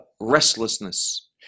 restlessness